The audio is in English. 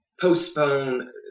postpone